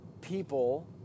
people